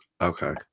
Okay